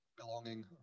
belonging